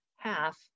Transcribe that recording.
Half